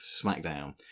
SmackDown